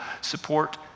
support